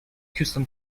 houston